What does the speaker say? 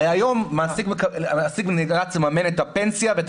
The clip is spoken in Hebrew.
הרי היום מעסיק נאלץ לממן את הפנסיה ואת